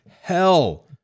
hell